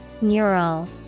Neural